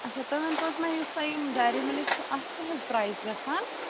اچھا تُہۍ ؤنۍ تَو حظ مےٚ یُس تۄہہِ یِم ڈایری مِلِک چھِو اَتھ کیٛاہ حظ پرایز گژھان